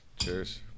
Cheers